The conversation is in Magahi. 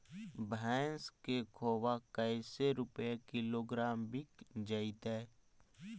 भैस के खोबा कैसे रूपये किलोग्राम बिक जइतै?